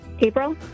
April